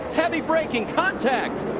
heavy braking. contact.